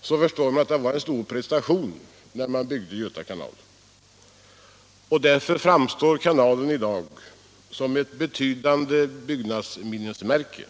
förstår man att det var en stor prestation att bygga Göta kanal. Därför framstår kanalen i dag som ett betydande byggnadsminnesmärke.